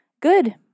Good